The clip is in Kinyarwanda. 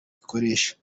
ikoresha